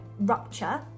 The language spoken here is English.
rupture